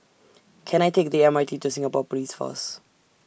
Can I Take The M R T to Singapore Police Force